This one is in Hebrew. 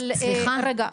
אבל רגע,